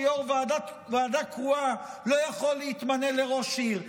שיו"ר ועדה קרואה לא יכול להתמנות לראש עיר.